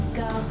go